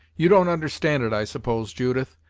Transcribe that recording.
you don't understand it, i suppose, judith,